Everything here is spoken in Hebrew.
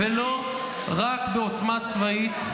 רק בעוצמה צבאית,